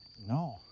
no